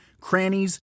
crannies